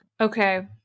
Okay